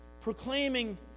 proclaiming